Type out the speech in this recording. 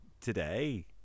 today